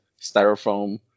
styrofoam